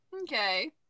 Okay